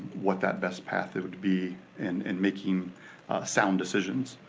what that best path it would be in and making sound decisions.